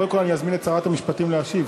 קודם כול אזמין את שרת המשפטים להשיב,